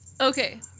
Okay